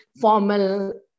formal